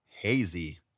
Hazy